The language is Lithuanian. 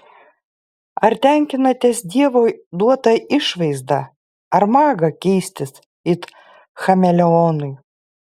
ar tenkinatės dievo duota išvaizda ar maga keistis it chameleonui